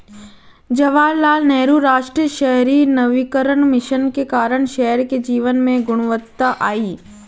जवाहरलाल नेहरू राष्ट्रीय शहरी नवीकरण मिशन के कारण शहर के जीवन में गुणवत्ता आई